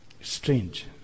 Strange